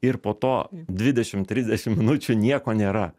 ir po to dvidešim trisdešim minučių nieko nėra